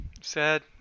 sad